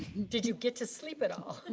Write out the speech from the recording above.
did you get to sleep at all?